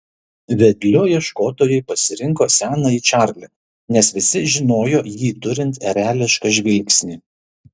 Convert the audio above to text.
vedliu ieškotojai pasirinko senąjį čarlį nes visi žinojo jį turint erelišką žvilgsnį